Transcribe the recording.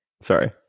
Sorry